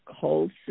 Colson